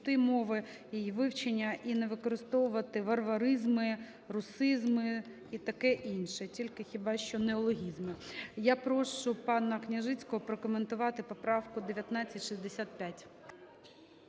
чистоти мови, її вивчення і не використовувати варваризми, русизми і таке інше, тільки хіба що неологізми. Я прошу пана Княжицького прокоментувати поправку 1965.